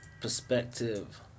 perspective